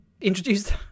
introduced